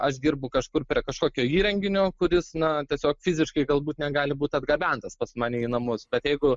aš dirbu kažkur prie kažkokio įrenginio kuris na tiesiog fiziškai galbūt negali būt atgabentas pas mane į namus bet jeigu